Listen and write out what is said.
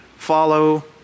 follow